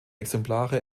exemplare